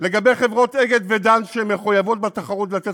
לגבי החברות "אגד" ו"דן" שמחויבות בתחרות לתת